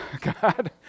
God